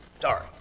Sorry